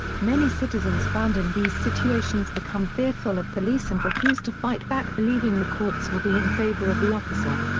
many citizens found in these situations become fearful of police and refuse to fight back believing the courts will be in favor of the officer.